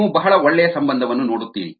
ನೀವು ಬಹಳ ಒಳ್ಳೆಯ ಸಂಬಂಧವನ್ನು ನೋಡುತ್ತೀರಿ